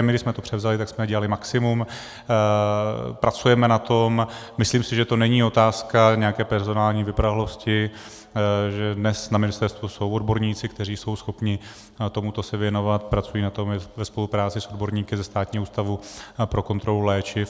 My, když jsme to převzali, tak jsme dělali maximum, pracujeme na tom, myslím si, že to není otázka nějaké personální vyprahlosti, že dnes na ministerstvu jsou odborníci, kteří jsou schopni se tomuto věnovat, pracují na tom ve spolupráci s odborníky ze Státního ústavu pro kontrolu léčiv.